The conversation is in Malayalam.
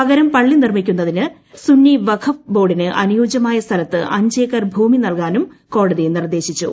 പകരം പള്ളി നിർമ്മിക്കുന്നതിന് സുന്നി വഖഫ് ബോർഡിന് അനുയോജ്യമായ സ്ഥലത്ത് അഞ്ച് ഏക്കർ ഭൂമി നൽകുവാനും കോടതി നിർദ്ദേശിച്ചു